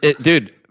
Dude